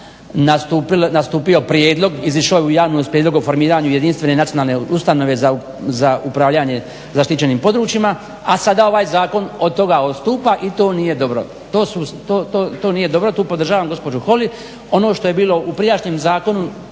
nastupio prijedlog, izišao u javnost prijedlog o formiranju jedinstvene nacionalne ustanove za upravljanje zaštićenim područjima a sada ovaj zakon od toga odstupa i to nije dobro. To nije dobro, tu podržavam gospođu Holy. Ono što je bilo u prijašnjem zakonu